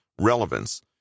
relevance